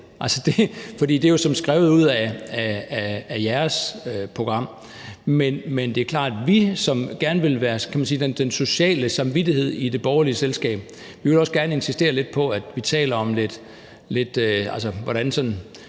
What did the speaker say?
om det. For det er jo som skrevet ud fra jeres program. Men det er klart, at vi, der gerne ville være den sociale samvittighed i det borgerlige selskab, gerne vil insistere lidt på, at det stadig væk er sådan,